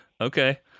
okay